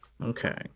Okay